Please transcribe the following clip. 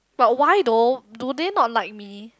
but why though do they not like me